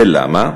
ולמה?